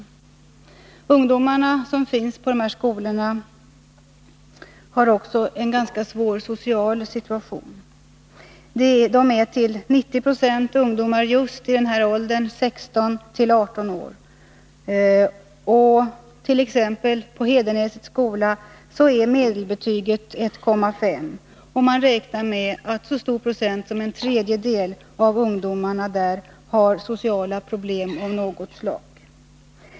De ungdomar som finns på dessa skolor befinner sig också i en ganska svår social situation, och det är till 90 26 ungdomar i just åldern 16-18 år. På t.ex. Hedenäsets skola är medelbetyget 1,5, och man räknar med att så mycket som ungefär en tredjedel av ungdomarna där har sociala problem av något slag.